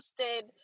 posted